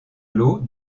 lots